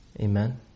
Amen